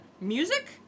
music